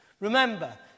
Remember